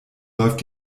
läuft